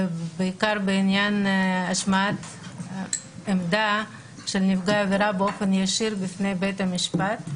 בעיקר בעניין השמעת עמדה של נפגע עבירה באופן ישיר בפני בית המשפט.